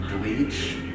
bleach